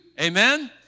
Amen